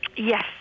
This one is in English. Yes